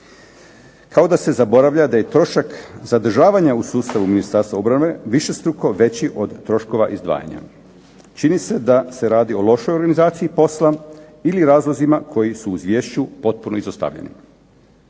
Kao da se zaboravlja da je trošak zadržavanja u sustavu Ministarstva obrane višestruko veći od troškova izdvajanja. Čini se da se radi o lošoj organizaciji poslova, ili razlozima koji su u izvješću potpuno izostavljeni.